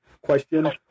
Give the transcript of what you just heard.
question